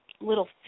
little